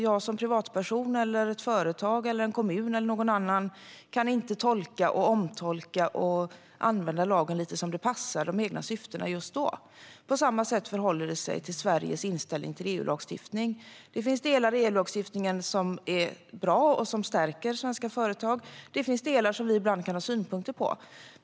Jag som privatperson, ett företag, en kommun eller någon annan kan inte tolka, omtolka och använda lagen lite som det passar de egna syftena just då. På samma sätt förhåller det sig med Sveriges inställning till EU-lagstiftningen. Det finns delar av EU-lagstiftningen som är bra och som stärker svenska företag, och det finns delar som vi ibland kan ha synpunkter på.